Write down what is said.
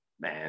Man